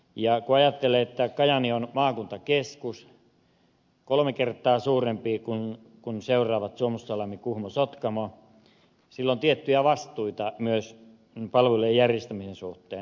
kun ajattelee että kajaani on maakuntakeskus kolme kertaa suurempi kuin seuraavat suomussalmi kuhmo ja sotkamo sillä on tiettyjä vastuita myös palvelujen järjestämisen suhteen